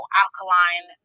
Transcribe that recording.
alkaline